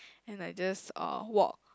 and I just walk